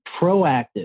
proactive